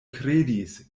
kredis